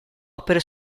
opere